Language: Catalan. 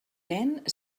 vent